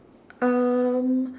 um